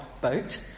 boat